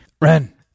Ren